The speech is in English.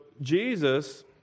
Jesus